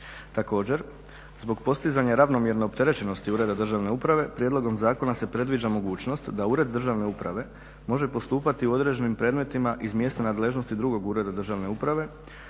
Također zbog postizanja ravnomjerne opterećenosti ureda državne uprave prijedlogom zakona se predviđa mogućnost da ured državne uprave može postupati u određenim predmetima iz mjesta nadležnosti drugog ureda državne uprave